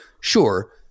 Sure